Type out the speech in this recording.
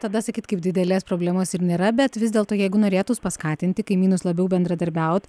tada sakyt kaip didelės problemos ir nėra bet vis dėlto jeigu norėtųs paskatinti kaimynus labiau bendradarbiaut